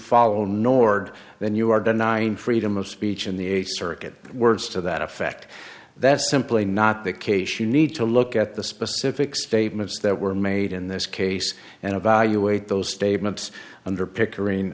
follow nord then you are denying freedom of speech in the eighth circuit words to that effect that's simply not the case you need to look at the specific statements that were made in this case and evaluate those statements under picke